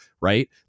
Right